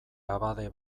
abade